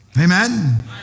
Amen